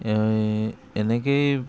এই এনেকৈয়ে